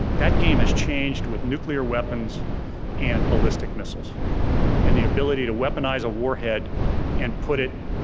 that game has changed with nuclear weapons and ballistic missiles and the ability to weaponize a warhead and put it,